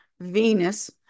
venus